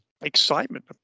excitement